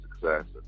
success